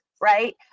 right